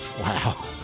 Wow